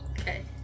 Okay